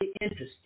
interesting